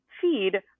feed